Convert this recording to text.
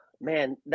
Man